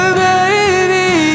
baby